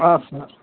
اَدٕ سا اَدٕ سا